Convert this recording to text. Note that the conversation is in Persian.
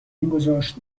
گذاشت